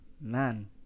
Man